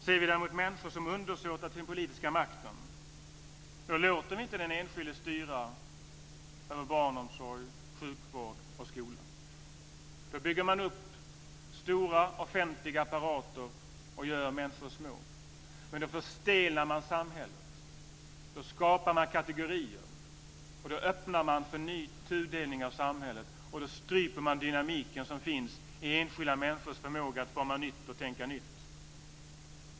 Ser man däremot människor som undersåtar till den politiska makten, och låter man inte den enskilde styra över barnomsorg, sjukvård och skola, bygger man upp stora offentliga apparater och gör människor små. Då förstelnar man samhället, då skapar man kategorier, då öppnar man för en ny tudelning av samhället och då stryper man dynamiken som finns i enskilda människors förmåga att forma nytt och tänka nytt.